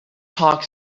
talk